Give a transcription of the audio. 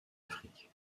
afrique